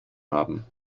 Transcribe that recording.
haben